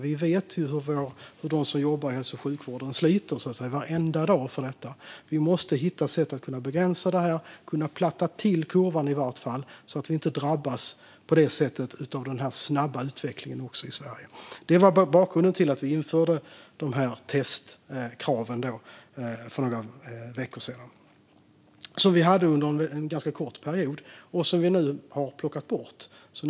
Vi vet ju hur de som jobbar i hälso och sjukvården sliter varenda dag för detta. Vi måste hitta sätt att begränsa det här och i alla fall platta till kurvan så att inte också vi i Sverige drabbas på det sättet av denna snabba utveckling. Detta var bakgrunden till att vi införde testkrav för några veckor sedan. Vi hade dem under en ganska kort period. Nu har vi plockat bort dem.